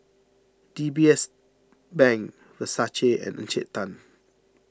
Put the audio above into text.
D B S Bank Versace and Encik Tan